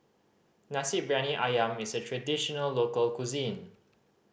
Nasi Briyani Ayam is a traditional local cuisine